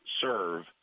serve